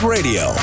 Radio